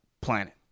planet